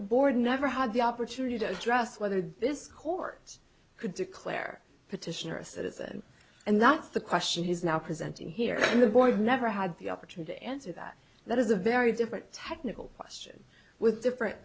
board never had the opportunity to address whether this court could declare petitioner a citizen and that's the question he's now presenting here the boys never had the opportunity to answer that that is a very different technical question with different